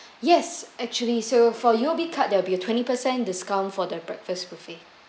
yes actually so for U_O_B card there will be a twenty percent discount for the breakfast buffet